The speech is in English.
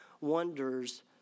wonders